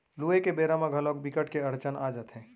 लूए के बेरा म घलोक बिकट के अड़चन आ जाथे